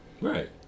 Right